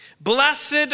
Blessed